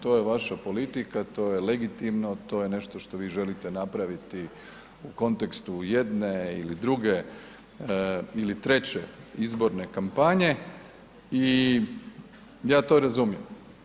To je vaša politika, to je legitimno, to je nešto što vi želite napraviti u kontekstu jedne ili druge ili treće izborne kampanje i ja to razumijem.